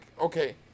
okay